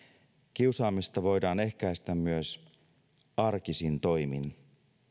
kiusaamista voidaan ehkäistä myös arkisin toimin